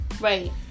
Right